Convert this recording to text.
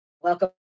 welcome